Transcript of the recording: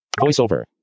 VoiceOver